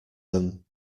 them